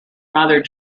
mother